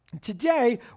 Today